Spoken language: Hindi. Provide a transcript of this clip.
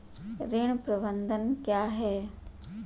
ऋण प्रबंधन क्या है?